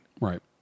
Right